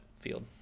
field